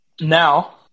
now